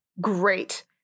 Great